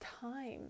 time